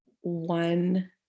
one